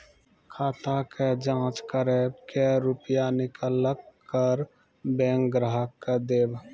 खाता के जाँच करेब के रुपिया निकैलक करऽ बैंक ग्राहक के देब?